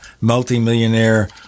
multimillionaire